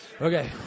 Okay